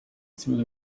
through